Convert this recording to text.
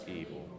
evil